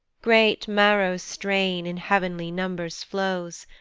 great maro's strain in heav'nly numbers flows,